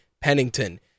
Pennington